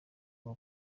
ngo